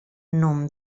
non